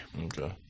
okay